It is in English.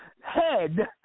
head